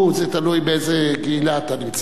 קומץ אל"ף אוֹ או אוּ זה תלוי באיזה קהילה אתה נמצא.